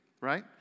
Right